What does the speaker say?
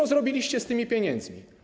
Co zrobiliście z tymi pieniędzmi?